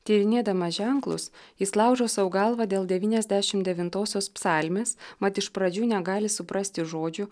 tyrinėdama ženklus jis laužo sau galvą dėl devyniasdešimt devintosios psalmės mat iš pradžių negali suprasti žodžių